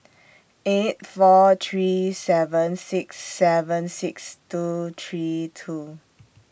eight four three seven six seven six two three two